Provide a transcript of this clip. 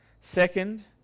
Second